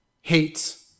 hates